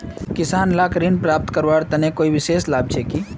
किसान लाक ऋण प्राप्त करवार तने कोई विशेष लाभ छे कि?